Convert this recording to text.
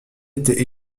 étaient